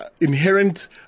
inherent